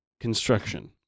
construction